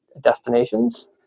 destinations